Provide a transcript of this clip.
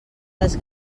les